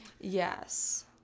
Yes